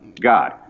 God